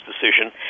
decision